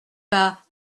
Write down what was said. pas